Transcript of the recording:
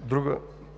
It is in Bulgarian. друга